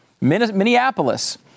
Minneapolis